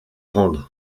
rendre